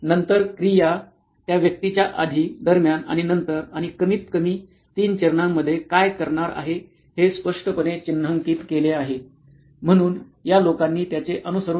नंतर क्रिया त्या व्यक्तीच्या आधी दरम्यान आणि नंतर आणि कमीतकमी 3 चरणांचे काय करणार आहे हे स्पष्टपणे चिन्हांकित केले आहे म्हणून या लोकांनी त्याचे अनुसरण केले